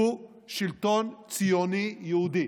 הוא שלטון ציוני יהודי.